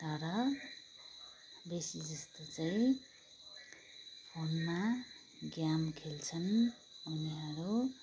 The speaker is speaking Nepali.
तर बेसीजस्तो चाहिँ फोनमा गेम खेल्छन् उनीहरू